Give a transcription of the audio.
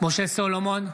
משה סולומון,